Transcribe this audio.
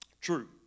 True